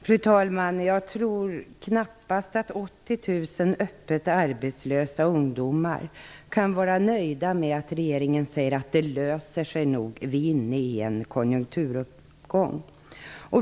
Fru talman! Jag tror knappast att 80 000 öppet arbetslösa ungdomar kan vara nöjda med att regeringen säger att det nog löser sig och att vi är inne i en konjunkturuppgång.